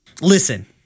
listen